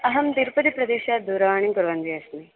अहं तिरुपतिप्रदेशात् दूरवाणीं कुर्वन्ती अस्मि